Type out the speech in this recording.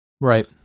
Right